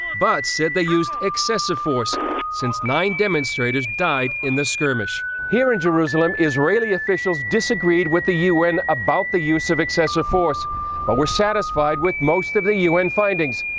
but said they used excessive force since nine demonstrators died in the skirmish. here in jerusalem, israeli officials disagreed with the un about the use of excessive force but were satisfied with most of the un findings.